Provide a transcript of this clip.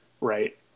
right